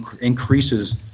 increases